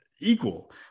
equal